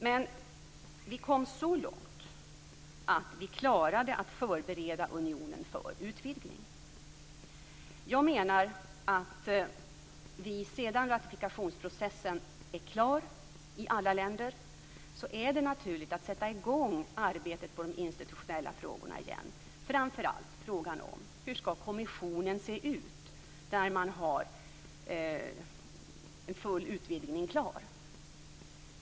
Men vi kom så långt att vi klarade att förbereda unionen för en utvidgning. Efter det att ratifikationsprocessen är klar i alla länder blir det naturligt att sätta i gång arbetet med de institutionella frågorna igen, framför allt med frågan om hur kommissionen skall se ut när en full utvidgning är klar.